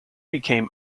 became